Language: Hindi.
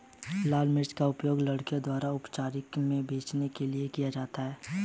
लाल मिर्च का प्रयोग लड़कियों द्वारा अपराधियों से बचने के लिए भी किया जाता है